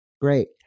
Great